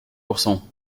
courson